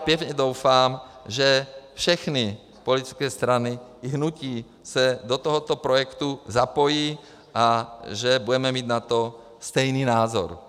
Pevně doufám, že všechny politické strany a hnutí se do tohoto projektu zapojí a budeme mít na to stejný názor.